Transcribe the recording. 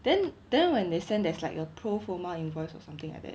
then then when they send there's like a proforma invoice or something like that